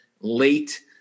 late